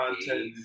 content